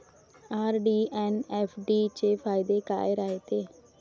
RD अन FD चे फायदे काय रायते?